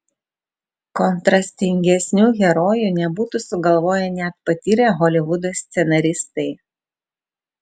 kontrastingesnių herojų nebūtų sugalvoję net patyrę holivudo scenaristai